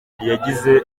yagize